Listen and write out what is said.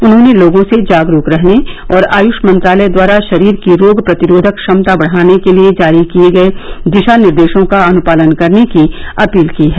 उन्होंने लोगों से जागरूक रहने और आयष मंत्रालय द्वारा शरीर की रोग प्रतिरोधक क्षमता बढाने के लिए जारी किए गए दिशानिर्देशों का अन्पालन करने की अपील की है